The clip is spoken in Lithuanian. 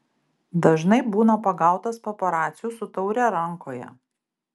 dažnai būna pagautas paparacių su taure rankoje